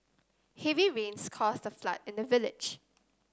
heavy rains caused a flood in the village